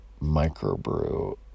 microbrew